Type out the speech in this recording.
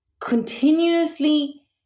continuously